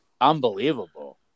Unbelievable